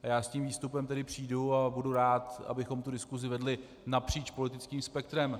Já s tím výstupem tedy přijdu a budu rád, abychom diskusi vedli napříč politickým spektrem.